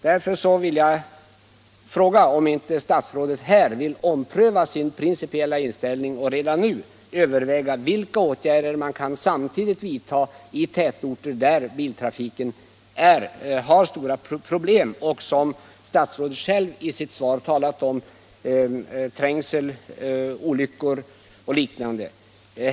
Därför vill jag fråga om inte statsrådet vill ompröva sin principiella inställning och redan nu överväga vilka åtgärder man samtidigt kan vidta i tätorter där bilismen medför stora problem. Statsrådet har själv i sitt svar talat om trängsel, olyckor osv.